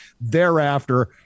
thereafter